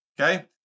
Okay